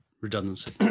redundancy